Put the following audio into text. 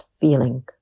feeling